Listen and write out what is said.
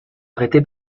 arrêté